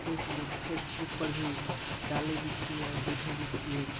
Facebook फेडसबुक पर भी डालैत भी छियै आओर देखैत भी छियै